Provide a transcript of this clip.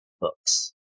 books